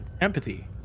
Empathy